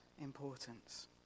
importance